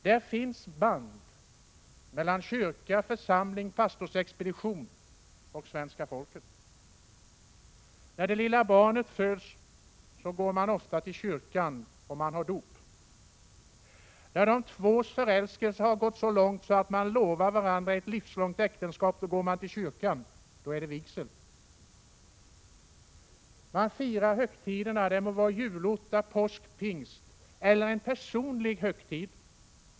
Det finns band mellan kyrka, församling, pastorsexpedition och svenska folket. När det lilla barnet föds går man ofta till kyrkan för att förrätta dop. När de tvås förälskelse har gått så långt att man lovar varandra ett livslångt äktenskap går man till kyrkan. Då blir det vigsel. Man firar högtiderna, det må vara julotta, påsk, pingst eller en personlig högtid.